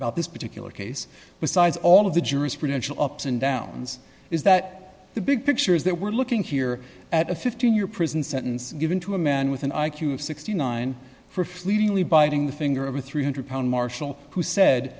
about this particular case besides all of the jurisprudential ups and downs is that the big picture is that we're looking here at a fifteen year prison sentence given to a man with an i q of sixty nine for fleetingly biting the finger over three hundred pound marshall who said